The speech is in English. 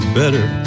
better